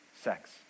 sex